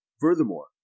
Furthermore